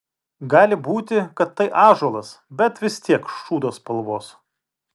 gali būti kad tai ąžuolas bet vis tiek šūdo spalvos